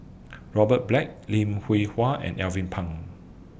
Robert Black Lim Hwee Hua and Alvin Pang